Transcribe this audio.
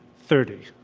thirty.